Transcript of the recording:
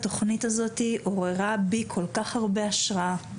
התוכנית הזאת עוררה בי כל כך הרבה השקעה.